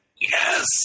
Yes